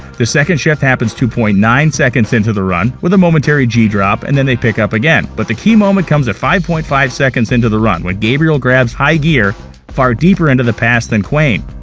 the second shift happens two point nine seconds into the run, with a momentary g drop, and then they pick up again, but the key moment comes at five point five seconds into the run when gabriel grabs high gear far deeper into the pass than quain.